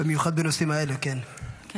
במיוחד בנושאים האלה, כן.